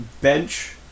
bench